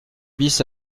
bis